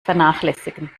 vernachlässigen